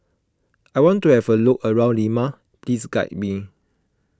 I want to have a look around Lima please guide me